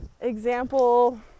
Example